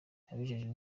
abajejwe